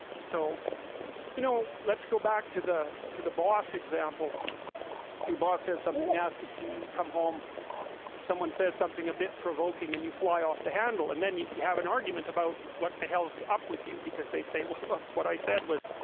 so you know, let's go back to the the boss example your boss says something nasty to you. come home someone says something a bit provoking and you fly off the handle and then you you have an argument about what the hell is up with you because they say well look what i said was,